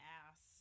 ass